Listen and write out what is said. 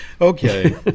Okay